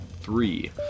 three